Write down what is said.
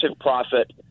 profit